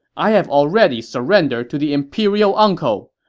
i have already surrendered to the imperial uncle.